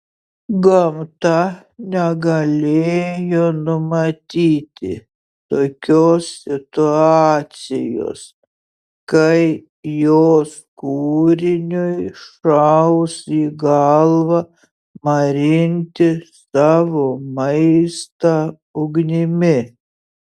gamta negalėjo numatyti tokios situacijos kai jos kūriniui šaus į galvą marinti savo maistą ugnimi